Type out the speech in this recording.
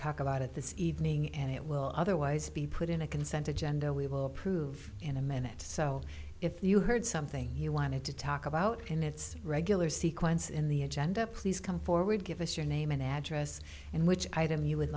talk about it this evening and it will otherwise be put in a consent agenda we will approve in a minute so if you heard something you wanted to talk about in its regular sequence in the agenda please come forward give us your name and address and which item you would